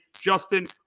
Justin